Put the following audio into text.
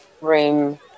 room